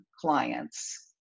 clients